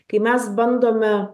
kai mes bandome